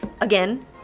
Again